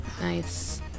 nice